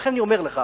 לכן אני אומר לך,